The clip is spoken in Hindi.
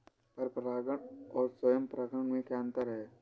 पर परागण और स्वयं परागण में क्या अंतर है?